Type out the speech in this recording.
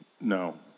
No